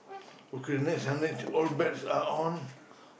okay next I need to all bets are on